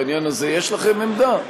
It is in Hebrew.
בעניין הזה יש לכם עמדה?